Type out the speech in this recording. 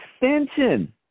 extension